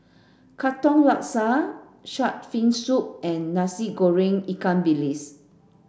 Katong Laksa Shark Fin Soup and Nasi Goreng Ikan Bilis